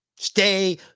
Stay